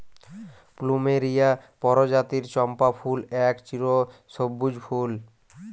plumeria পরজাতির চম্পা ফুল এক চিরসব্যুজ ফুল